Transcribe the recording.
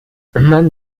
man